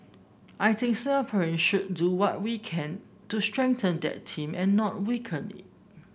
I think Singaporean should do what we can to strengthen that team and not weaken it